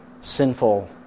Sinful